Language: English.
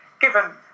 given